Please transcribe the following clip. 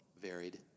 Varied